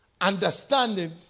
Understanding